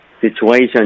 situation